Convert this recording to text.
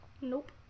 Nope